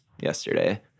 yesterday